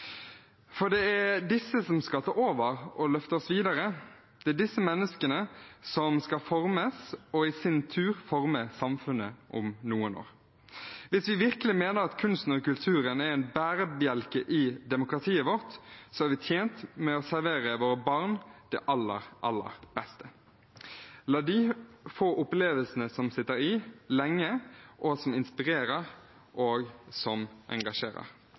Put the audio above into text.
for det er disse som skal ta over og løfte oss videre. Det er disse menneskene som skal formes, og i sin tur forme samfunnet om noen år. Hvis vi virkelig mener at kunsten og kulturen er en bærebjelke i demokratiet vårt, er vi tjent med å servere våre barn det aller, aller beste, la dem få opplevelsene som sitter lenge i, som inspirerer, og som engasjerer.